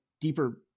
deeper